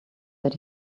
that